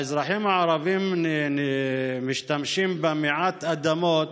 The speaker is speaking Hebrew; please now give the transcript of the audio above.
האזרחים הערבים משתמשים במעט האדמות